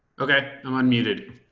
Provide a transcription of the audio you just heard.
okay, i'm unmuted.